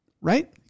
right